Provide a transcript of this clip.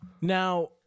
Now